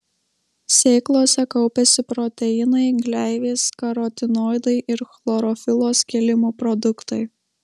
sėklose kaupiasi proteinai gleivės karotinoidai ir chlorofilo skilimo produktai